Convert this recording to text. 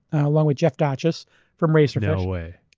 along with jeff dachis from razorfish. no way.